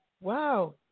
Wow